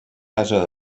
ase